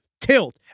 tilt